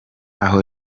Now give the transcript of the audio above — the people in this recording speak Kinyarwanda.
aho